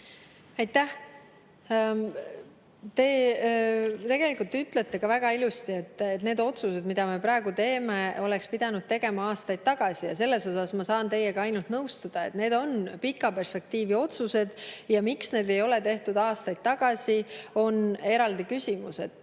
Te ütlete väga ilusti, et need otsused, mida me praegu teeme, oleks pidanud tegema aastaid tagasi, ja selles osas ma saan teiega ainult nõustuda. Need on pika perspektiivi otsused. Miks need ei ole tehtud aastaid tagasi, on eraldi küsimus.